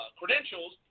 credentials